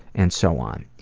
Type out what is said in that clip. and so on.